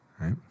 Right